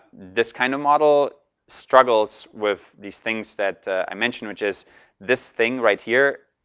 this kind of model struggles with these things that i mentioned, which is this thing right here,